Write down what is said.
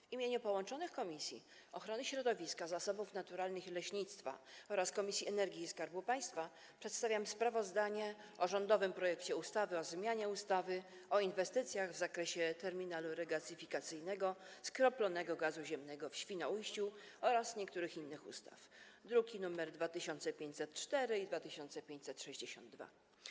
W imieniu połączonych Komisji: Ochrony Środowiska, Zasobów Naturalnych i Leśnictwa oraz do Spraw Energii i Skarbu Państwa przedstawiam sprawozdanie o rządowym projekcie ustawy o zmianie ustawy o inwestycjach w zakresie terminalu regazyfikacyjnego skroplonego gazu ziemnego w Świnoujściu oraz niektórych innych ustaw, druki nr 2504 i 2562.